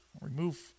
Remove